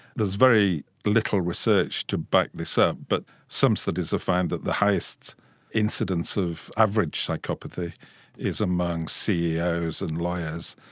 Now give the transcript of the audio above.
there's very little research to back this up but some studies have found that the highest incidence of average psychopathy is among ceos and lawyers,